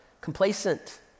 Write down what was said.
complacent